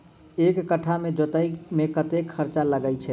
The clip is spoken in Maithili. एक कट्ठा केँ जोतय मे कतेक खर्चा लागै छै?